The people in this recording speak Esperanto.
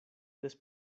des